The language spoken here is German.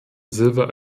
silver